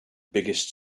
biggest